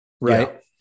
Right